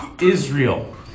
Israel